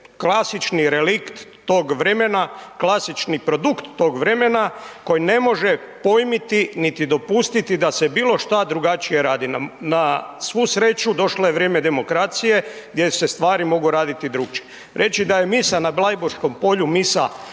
klasični relikt tog vremena, klasični produkt to vremena koji ne može pojmiti niti dopustiti da se bilo šta drugačije radi. Na svu sreću došlo je vrijeme demokracije gdje se stvari mogu radi drukčije. Reći da je misa na Blajburškom polju misa